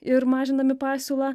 ir mažindami pasiūlą